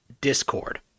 Discord